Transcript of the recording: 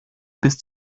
bis